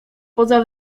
poza